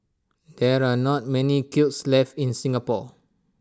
there are not many kilns left in Singapore